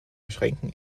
beschränken